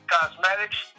Cosmetics